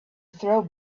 throw